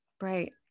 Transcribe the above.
right